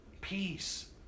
Peace